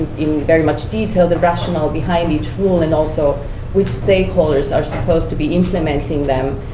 in very much detail, the rationale behind each rule, and also which stakeholders are supposed to be implementing them,